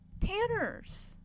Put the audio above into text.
Tanner's